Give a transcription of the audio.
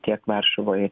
tiek varšuvoj